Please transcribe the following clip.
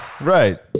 Right